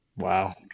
Wow